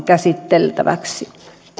käsiteltäväksi